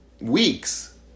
weeks